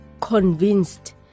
convinced